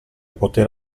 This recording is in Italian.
poter